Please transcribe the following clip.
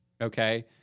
okay